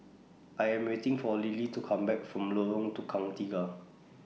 I Am waiting For Lilie to Come Back from Lorong Tukang Tiga